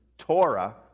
Torah